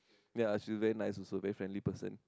ya Susan like also friendly person